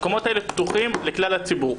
364 ימים בשנה שהמקומות האלה פתוחים לכלל הציבור.